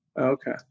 Okay